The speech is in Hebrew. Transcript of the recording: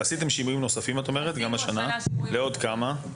עשיתם שינויים נוספים גם השנה לעוד כמה מוסדות?